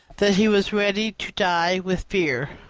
that he was ready to die with fear.